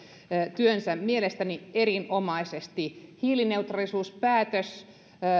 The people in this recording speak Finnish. työnsä mielestäni erinomaisesti hiilineutraalisuuspäätös